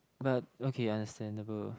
but okay understandable